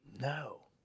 No